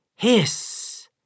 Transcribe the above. Hiss